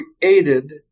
created